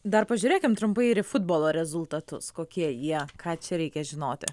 dar pažiūrėkim trumpai ir futbolo rezultatus kokie jie ką čia reikia žinoti